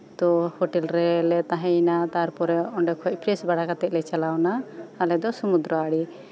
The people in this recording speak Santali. ᱛᱳ ᱦᱳᱴᱮᱞ ᱨᱮᱞᱮ ᱛᱟᱸᱦᱮᱭᱮᱱᱟ ᱛᱟᱨᱯᱚᱨᱮ ᱚᱱᱰᱮ ᱠᱷᱚᱡ ᱯᱷᱮᱨᱮᱥ ᱵᱟᱲᱟ ᱠᱟᱛᱮᱜ ᱞᱮ ᱪᱟᱞᱟᱣ ᱮᱱᱟ ᱚᱱᱰᱮ ᱫᱚ ᱥᱚᱢᱩᱫᱽᱨᱚ ᱟᱲᱮ